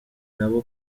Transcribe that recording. nabo